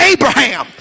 Abraham